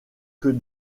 que